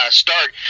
start